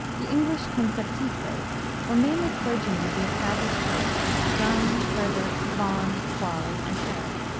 the english conceptistas were mainly clergymen of the established church, donne, herbert, vaughan, quarles, and herrick.